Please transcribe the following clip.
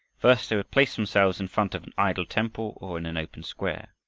first they would place themselves in front of an idol temple or in an open square.